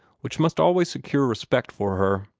which must always secure respect for her.